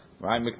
Right